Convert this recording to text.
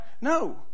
No